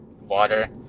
water